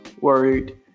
worried